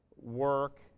work